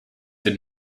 did